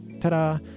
Ta-da